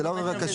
זה לא קשור.